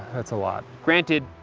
that's a lot. granted,